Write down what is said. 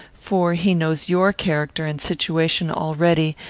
for he knows your character and situation already,